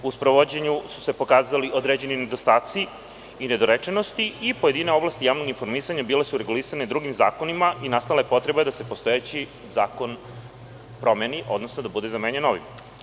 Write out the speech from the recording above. U sprovođenju se pokazali određeni nedostaci i nedorečenosti i pojedine oblasti javnog informisanja bile su regulisane drugim zakonima i nastala je potreba da se postojeći zakon promeni, odnosno da bude zamenjen novim.